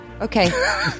okay